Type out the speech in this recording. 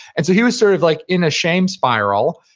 and so he was sort of like in a shame spiral,